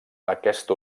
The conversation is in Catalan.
aquesta